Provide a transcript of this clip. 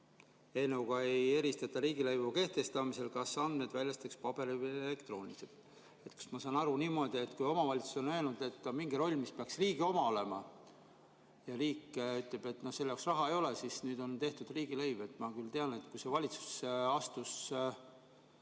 Eelnõuga ei eristata riigilõivu kehtestamisel, kas andmed väljastatakse paberil või elektrooniliselt. Ma saan aru niimoodi, et kui omavalitsus on öelnud, et on mingi roll, mis peaks olema riigi oma, aga riik ütleb, et selle jaoks raha ei ole, siis nüüd on kehtestatud riigilõiv. Ma küll tean, et kui see valitsus astus